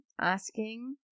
asking